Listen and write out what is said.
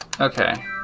Okay